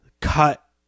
cut